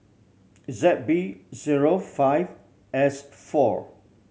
Z B zero five S four